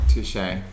Touche